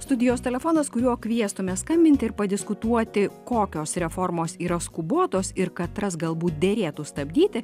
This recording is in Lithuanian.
studijos telefonas kuriuo kviestume skambinti ir padiskutuoti kokios reformos yra skubotos ir katras galbūt derėtų stabdyti